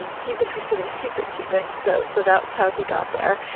and he's interested in secret keeping. so. so that's how he got there.